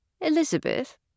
Elizabeth